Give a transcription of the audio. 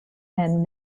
and